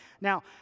Now